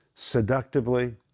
seductively